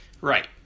Right